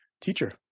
teacher